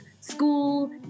school